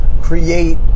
create